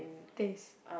taste